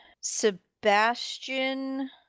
Sebastian